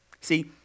See